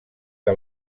que